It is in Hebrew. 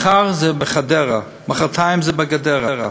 מחר זה בחדרה, מחרתיים זה בגדרה,